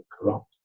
corrupt